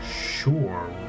Sure